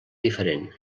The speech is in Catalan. diferent